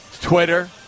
Twitter